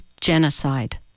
genocide